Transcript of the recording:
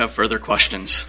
have further questions